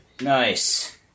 Nice